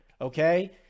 okay